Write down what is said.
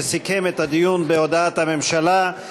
שסיכם את הדיון בהודעת הממשלה.